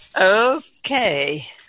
Okay